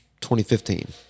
2015